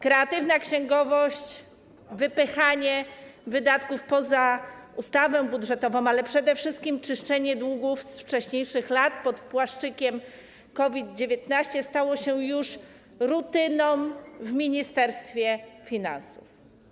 Kreatywna księgowość, wypychanie wydatków poza ustawę budżetową, ale przede wszystkim czyszczenie długów z wcześniejszych lat pod płaszczykiem COVID-19 stało się już rutyną w Ministerstwie Finansów.